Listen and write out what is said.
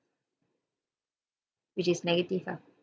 which is negative lah